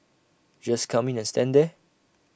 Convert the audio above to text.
just come in and stand there